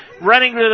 Running